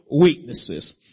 weaknesses